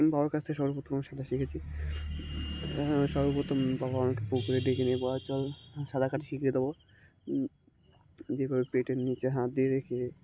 বাবার কাছ থেকে সর্বপ্রথম সাঁতার শিখেছি সর্বপ্রথম বাবা আমাকে পুকুরে ডেকে নিয়ে বলে চল সাঁতার কাটি শিখিয়ে দেবো যেভাবে পেটের নিচে হাত দিয়ে রেখে